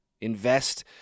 Invest